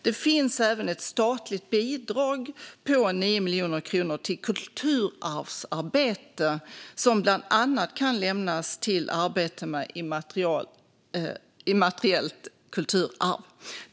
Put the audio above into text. Det finns även ett statligt bidrag på 9 miljoner kronor till kulturarvsarbete som bland annat kan lämnas till arbete med immateriellt kulturarv.